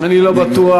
אני לא בטוח.